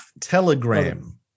Telegram